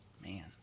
man